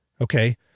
Okay